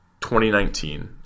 2019